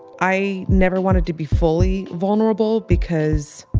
i never wanted to be fully vulnerable because